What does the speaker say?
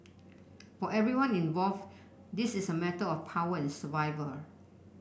for everyone involved this is a matter of power and survival